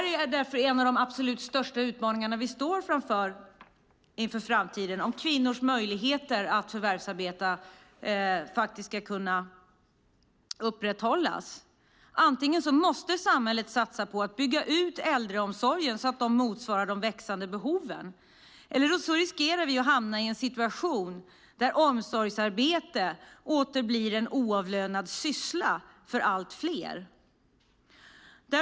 Detta är därför en av de absolut största utmaningarna vi står inför i framtiden om kvinnors möjligheter att förvärvsarbeta faktiskt ska kunna upprätthållas. Antingen måste samhället satsa på att bygga ut äldreomsorgen så att den motsvarar de växande behoven, eller också riskerar vi att hamna i en situation där omsorgsarbete åter blir en oavlönad syssla för allt fler.